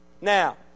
Now